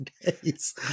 days